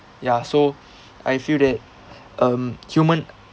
ya so I feel that um human